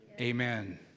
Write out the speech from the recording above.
Amen